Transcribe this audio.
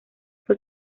fue